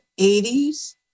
80s